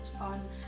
on